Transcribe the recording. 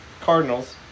Cardinals